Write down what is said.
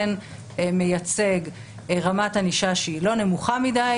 זה כן מייצג רמת ענישה שהיא לא נמוכה מדי